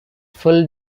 full